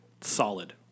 solid